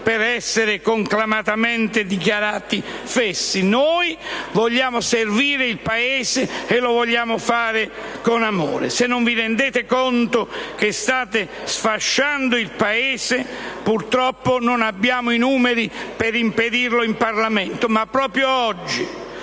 per essere conclamatamente dichiarati fessi. Noi vogliamo servire il Paese e lo vogliamo fare con amore. Se non vi rendete conto che state sfasciando il Paese, purtroppo non abbiamo i numeri per impedirlo in Parlamento. Ma proprio oggi